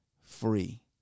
free